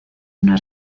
una